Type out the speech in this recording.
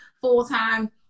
full-time